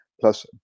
plus